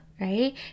Right